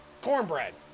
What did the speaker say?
Cornbread